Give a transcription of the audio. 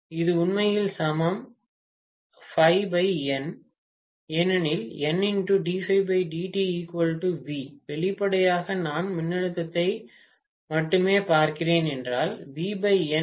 இது உண்மையில் சமம் ஏனெனில் வெளிப்படையாக நான் மின்னழுத்தத்தை மட்டுமே பார்க்கிறேன் என்றால்